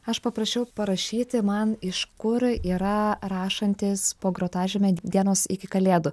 aš paprašiau parašyti man iš kur yra rašantys po grotažyme dienos iki kalėdų